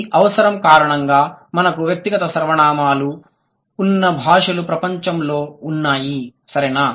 ఈ అవసరం కారణంగా మనకు వ్యక్తిగత సర్వనామాలు ఉన్న భాషలు ప్రపంచంలో ఉన్నాయి సరేనా